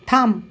থাম